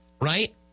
right